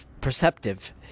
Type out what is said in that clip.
perceptive